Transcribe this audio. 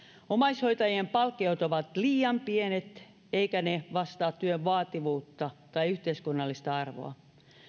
omaishoitajien palkkiot ovat liian pienet eivätkä ne vastaa työn vaativuutta tai yhteiskunnallista arvoa